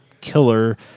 killer